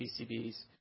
PCBs